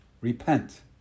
Repent